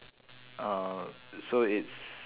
uh so it's